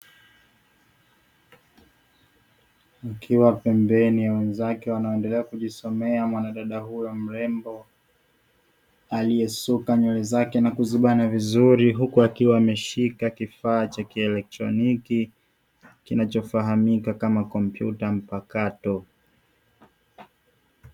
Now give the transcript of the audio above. Akiwa pembeni ya wenzake wanaoendelea kujisomea, mwanadada huyo mrembo aliyesuka nywele zake na kuzibana vizuri huku akiwa ameshika kifaa cha kielektroniki, kinachofahamika kama kompyuta mpakato.